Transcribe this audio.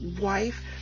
wife